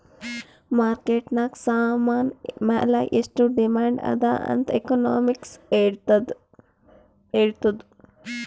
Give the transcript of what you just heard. market ನಾಗ್ ಸಾಮಾನ್ ಮ್ಯಾಲ ಎಷ್ಟು ಡಿಮ್ಯಾಂಡ್ ಅದಾ ಅಂತ್ ಎಕನಾಮಿಕ್ಸ್ ಹೆಳ್ತುದ್